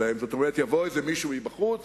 כלומר יבוא מישהו מבחוץ